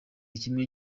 kimwe